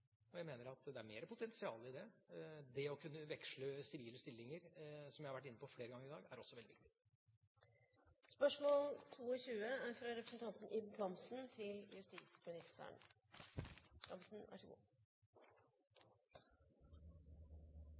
Jeg mener at det er mer potensial i det. Det å kunne veksle sivile stillinger – som jeg har vært inne på flere ganger i dag – er også veldig viktig.